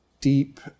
deep